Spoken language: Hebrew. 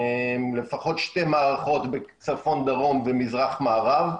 לפחות שתי מערכות בצפון-דרום ומזרח-מערב.